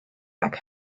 back